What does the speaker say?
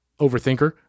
overthinker